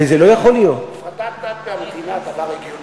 וזה לא יכול להיות, הפרדת דת מהמדינה, דבר הגיוני.